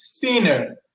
thinner